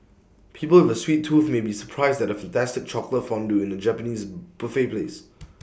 people with A sweet tooth may be surprised at A fantastic chocolate fondue in A Japanese buffet place